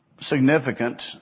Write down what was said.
significant